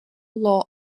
law